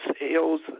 sales